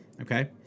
okay